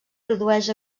produeix